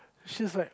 she's like